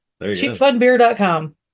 CheapFunBeer.com